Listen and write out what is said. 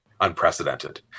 unprecedented